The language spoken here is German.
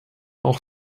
auch